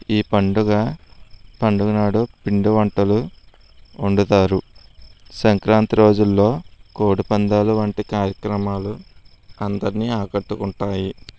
ఈ పండగ పండగ నాడు పిండి వంటలు వండుతారు సంక్రాంతి రోజుల్లో కోడిపందాలు వంటి కార్యక్రమాలు అందరినీ ఆకట్టుకుంటాయి